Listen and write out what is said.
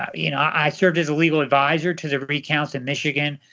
ah you know i served as a legal adviser to the recounts in michigan,